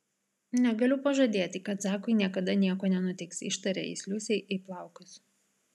negaliu pažadėti kad zakui niekada nieko nenutiks ištarė jis liusei į plaukus